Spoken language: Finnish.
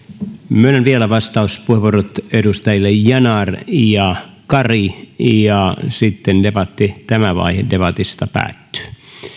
myönnän vielä vastauspuheenvuorot edustajille yanar ja kari ja sitten tämä vaihe debatista päättyy